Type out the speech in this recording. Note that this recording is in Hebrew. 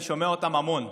אני שומע אותם המון,